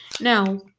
Now